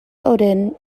odin